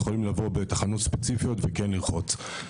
והם יכולים לבוא לתחנות ספציפיות ולרחוץ.